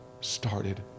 started